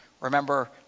Remember